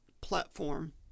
platform